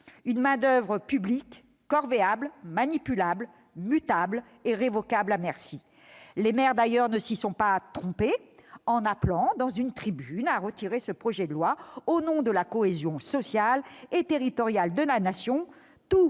une main-d'oeuvre publique corvéable, manipulable, mutable et révocable à merci. Les maires ne s'y sont d'ailleurs pas trompés en appelant dans une tribune au retrait de ce projet de loi, au nom de la cohésion sociale et territoriale de la Nation.